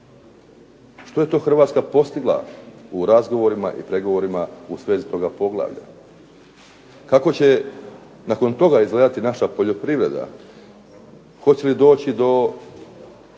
Što je to Hrvatska postigla u razgovorima i pregovorima u svezi toga poglavlja? Kako će nakon toga izgledati naša poljoprivreda? Hoće li doći do